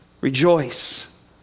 Rejoice